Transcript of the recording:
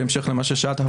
בהמשך למה ששאלת,